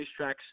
racetracks